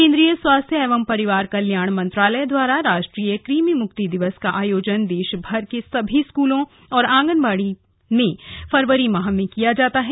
केन्द्रीय स्वास्थ्य एवं परिवार कल्याण मंत्रालय द्वारा राष्ट्रीय कृमि मुक्ति दिवस का आयोजन देशभर के सभी स्कूलों और आंगनवाड़ी में फरवरी माह में किया जाता है